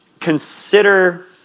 Consider